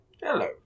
Hello